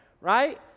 right